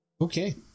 Okay